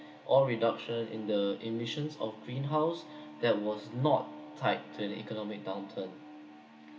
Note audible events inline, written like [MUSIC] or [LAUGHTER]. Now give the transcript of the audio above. or reduction in the emissions of greenhouse [BREATH] that was not tied to the economic downturn